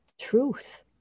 truth